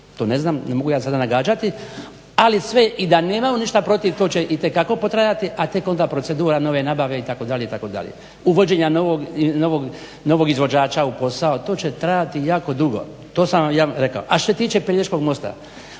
to ne znam, ne mogu ja sada to nagađati. Ali sve i da nemaju ništa protiv to će itekako potrajati a tek onda procedura nove nabave, itd., uvođenje novog izvođača u posao, to će trajati jako dugo. To sam vam rekao, a što se tiče Pelješkog mosta,